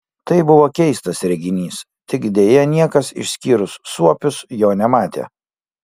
tai buvo keistas reginys tik deja niekas išskyrus suopius jo nematė